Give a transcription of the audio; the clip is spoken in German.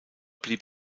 blieb